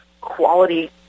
quality